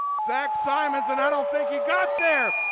zach simons and i donn't think he got there.